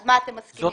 למה אתם מסכימים?